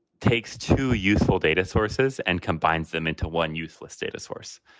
takes two useful data sources and combines them into one useless data source,